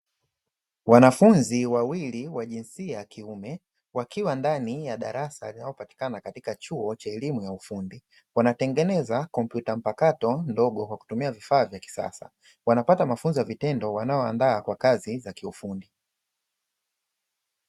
Wanafunzi wawili wa jinsia ya kiume wakiwa ndani ya darasa linalopatikana katika chuo cha elimu ya ufundi. Wanatengeneza kompyuta mpakato ndogo kwa kutumia vifaa vyakisasa. Wanapata mafunzo ya vitendo yanayowaandaa kwa kazi.